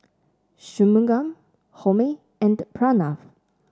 Shunmugam Homi and Pranav